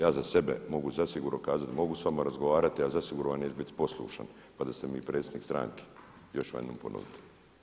Ja za sebe mogu zasigurno kazati, mogu s vama razgovarati ali zasigurno vam neću biti poslušan pa da sam i predsjednik stranke, još ću jednom ponoviti.